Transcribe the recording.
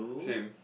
same